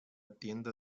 tienda